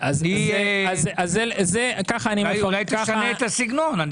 אז היא, אולי תשנה את הסגנון.